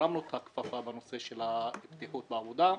הרמנו את הכפפה בנושא של בטיחות בעבודה,